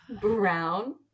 brown